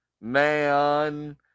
man